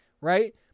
right